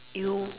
you